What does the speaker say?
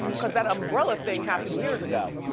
cause that umbrella thing happened years ago.